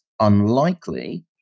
unlikely